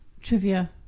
trivia